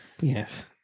yes